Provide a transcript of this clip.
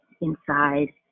inside